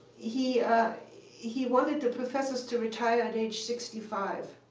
he he wanted the professors to retire at age sixty five,